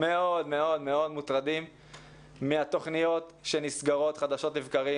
מאוד מאוד מוטרדים מהתוכניות שנסגרות חדשות לבקרים.